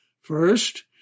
First